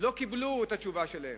לא קיבלו את התשובה שלהם,